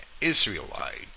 Israelite